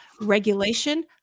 regulation